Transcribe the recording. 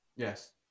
Yes